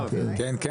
כן.